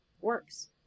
works